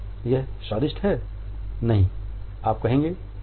यह स्वादिष्ट है नहीं आप कहेंगे ओह